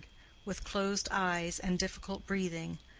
with closed eyes and difficult breathing,